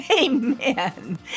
Amen